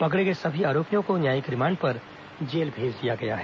पकड़े गए सभी आरोपियों को न्यायिक रिमांड पर जेल भेज दिया गया है